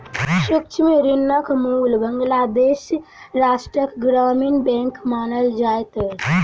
सूक्ष्म ऋणक मूल बांग्लादेश राष्ट्रक ग्रामीण बैंक मानल जाइत अछि